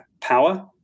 power